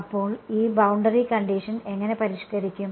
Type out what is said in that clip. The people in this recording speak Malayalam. അപ്പോൾ ഈ ബൌണ്ടറി കണ്ടിഷൻ എങ്ങനെ പരിഷ്കരിക്കും